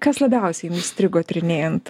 kas labiausiai jum įstrigo tyrinėjant